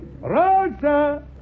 Rosa